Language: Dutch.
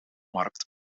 markt